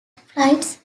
flights